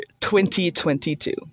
2022